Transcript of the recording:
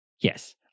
yes